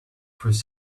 through